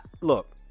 look